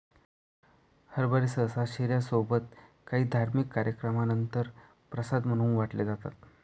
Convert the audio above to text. हरभरे सहसा शिर्या सोबत काही धार्मिक कार्यक्रमानंतर प्रसाद म्हणून वाटले जातात